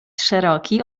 szeroki